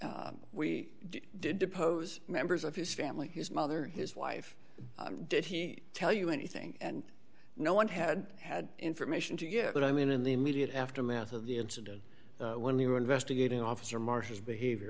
and we did depose members of his family his mother his wife did he tell you anything and no one had had information to you but i mean in the immediate aftermath of the incident when you were investigating officer marcia's behavior